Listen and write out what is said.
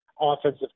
offensive